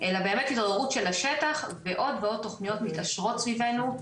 אלא באמת התעוררות של השטח ועוד ועוד תכנית מתעשרות סביבנו.